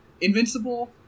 invincible